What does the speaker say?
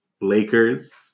Lakers